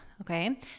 Okay